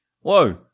Whoa